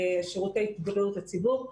שירותי בריאות הציבור,